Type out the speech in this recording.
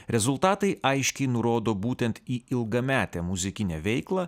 rezultatai aiškiai nurodo būtent į ilgametę muzikinę veiklą